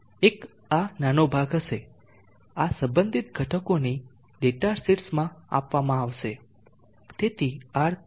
એક આ નાનો ભાગ હશે આ સંબંધિત ઘટકોની ડેટા શીટ્સમાં આપવામાં આવશે